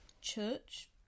church